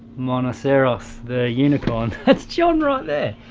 monoceros, the unicorn. that's john right there!